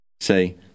Say